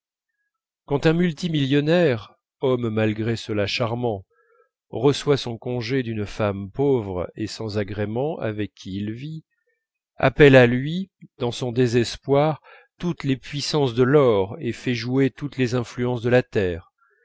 un multimillionnaire homme malgré cela charmant reçoit son congé d'une femme pauvre et sans agrément avec qui il vit appelle à lui dans son désespoir toutes les puissances de l'or et fait jouer toutes les influences de la terre